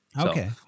Okay